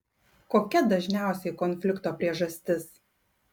kokia dažniausiai konflikto priežastis